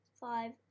five